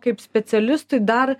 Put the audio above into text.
kaip specialistui dar